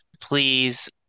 Please